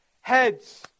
Heads